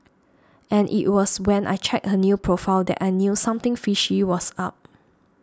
and it was when I checked her new profile that I knew something fishy was up